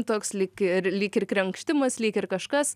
toks lyg ir lyg ir krenkštimas lyg ir kažkas